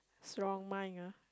strong mind ah